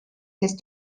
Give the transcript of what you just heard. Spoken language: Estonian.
sest